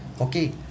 Okay